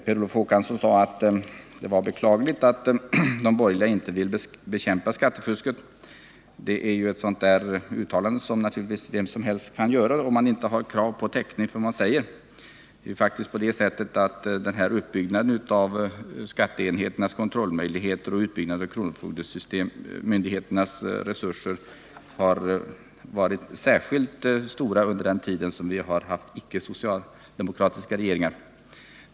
Per Olof Håkansson sade att det var beklagligt att de borgerliga inte ville bekämpa skattefusket — ett uttalande som vem som helst kan göra om vederbörande inte har krav på täckning för vad som sägs. Utbyggnaden när det gäller skatteenheternas kontrollmöjligheter och kronofogdemyndigheternas resurser har faktiskt varit särskilt omfattande under den tid som vi haft icke-socialdemokratiska regeringar.